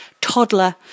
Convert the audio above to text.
toddler